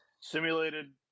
Simulated